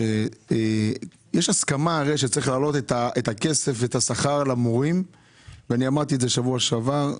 יש הסכמה שצריך להעלות את השכר למורים ואני אמרתי זאת בשבוע שעבר.